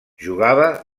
jugava